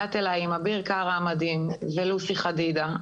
הגעת אלי עם אביר קארה המדהים ועם לוסי חדידה.